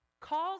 calls